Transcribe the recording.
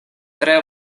tre